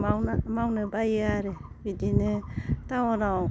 मावना मावनो बायो आरो बिदिनो टाउनाव